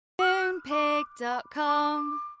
Moonpig.com